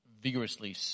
vigorously